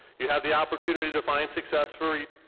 you have the opportunity to find success for